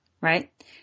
right